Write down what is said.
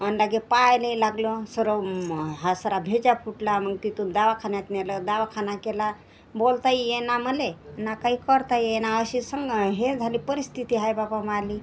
आणि लागे पायालाही लागलं सरं मग हा सारा भेजा फुटला मग तिथून दवाखान्यात नेलं दवाखाना केला बोलताही येइना मला ना काही करता येइना असे संन हे झाले परिस्थिती आहे बापा माअली